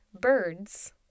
birds